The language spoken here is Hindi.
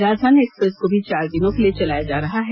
राजधानी एक्सप्रेस को भी चार दिनों के लिए चलाया जा रहा है